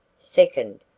second,